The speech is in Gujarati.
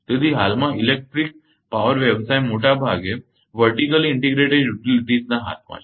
તેથી હાલમાં ઇલેક્ટ્રિક પાવર વ્યવસાય મોટાભાગે ઊભી એકીકૃત યુટિલીટીસના હાથમાં છે